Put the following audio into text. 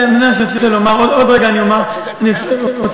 זה מה שאני רוצה לומר, עוד רגע אני אומר.